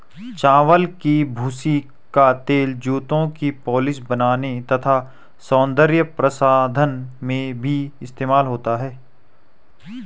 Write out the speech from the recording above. चावल की भूसी का तेल जूतों की पॉलिश बनाने तथा सौंदर्य प्रसाधन में भी इस्तेमाल होता है